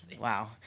wow